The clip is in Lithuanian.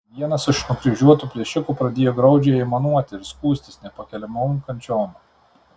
vienas iš nukryžiuotų plėšikų pradėjo graudžiai aimanuoti ir skųstis nepakeliamom kančiom